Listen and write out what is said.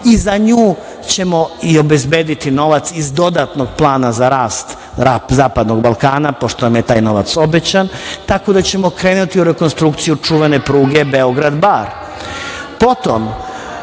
i za nju ćemo i obezbediti novac iz dodatnog Plana za rast Zapadnog Balkana pošto nam je taj novac obećan, tako da ćemo krenuti u rekonstrukciju čuvene pruge Beograd - Bar. Potom